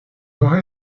nord